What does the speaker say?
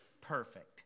Perfect